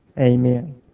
Amen